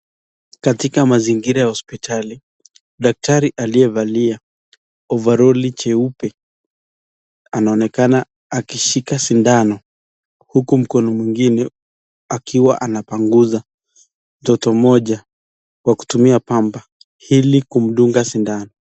Katika mazingira ya hospitali, daktari aliyevaa overoli cheupe anaonekana akishika sindano huku mkono mwingine ukiwa anapanguza mtoto mmoja kwa kutumia pamba hili kumdunga sindano.